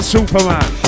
Superman